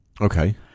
Okay